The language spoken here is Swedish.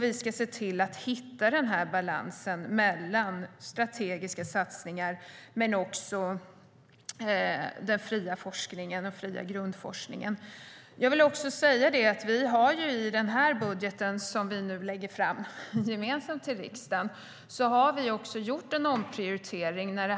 Vi ska se till att hitta balansen mellan strategiska satsningar, den fria forskningen och den fria grundforskningen. Vi har i den här budgeten, som vi lägger fram gemensamt i riksdagen, gjort en omprioritering.